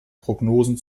prognosen